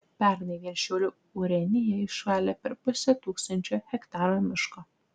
pernai vien šiaulių urėdija išvalė per pusę tūkstančio hektarų miško